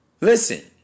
Listen